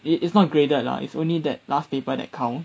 it is not graded lah it's only that last paper that account